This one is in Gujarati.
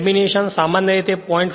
લેમિનેશન સામાન્ય રીતે 0